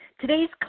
today's